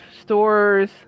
stores